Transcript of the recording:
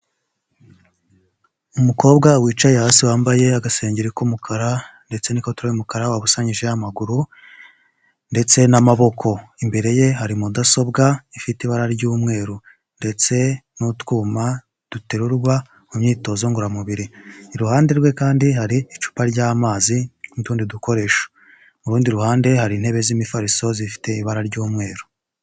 Umukobwa wicaye hasi wambaye agasengeri k'umukara, ndetse n'ikabutura y'umukara, wabusanyije amaguru, ndetse n'amaboko imbere ye hari mudasobwa ifite ibara ry'umweru, ndetse n'utwuma duterurwa mu myitozo ngoramubiri. Iruhande rwe kandi hari icupa ry'amazi n'utundi dukoresho mu rundi ruhande hari intebe z'imifariso zifite ibara ry'umweru.